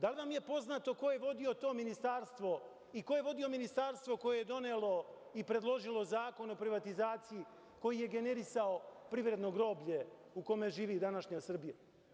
Da li vam je poznato ko je vodio to ministarstvo i ko je vodio ministarstvo koje je donelo i predložilo Zakon o privatizaciji koji je generisao privredno groblje u kome živi današnja Srbija?